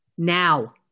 Now